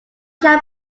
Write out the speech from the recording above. shall